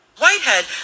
Whitehead